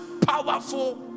powerful